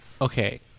okay